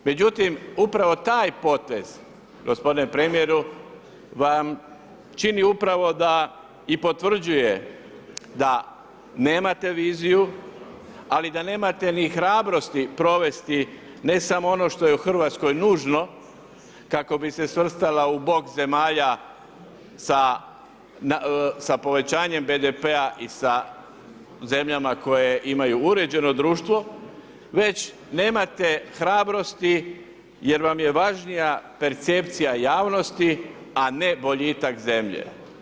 Međutim, upravo taj potez gospodine premijeru vam čini upravo da i potvrđuje da nemate viziju, ali da nemate ni hrabrosti provesti ne samo ono što je u Hrvatskoj nužno kako bi se svrstala u bok zemalja sa povećanjem BDP-a i sa zemljama koje imaju uređeno društvo već nemate hrabrosti jer vam je važnija percepcija javnosti, a ne boljitak zemlje.